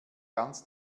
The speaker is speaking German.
ganz